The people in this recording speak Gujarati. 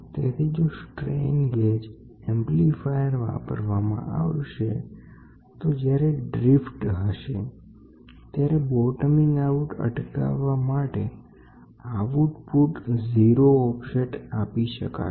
તેથી જો સ્ટ્રેન ગેજ એમ્પ્લીફાયર વાપરવામાં આવશે તો જ્યારે ડ્રીફ્ટ હશે ત્યારે બોટમીંગ આઉટ અટકાવવા માટે આઉટપુટ 0 ઓફસેટ આપી શકાશે